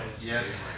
Yes